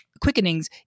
quickenings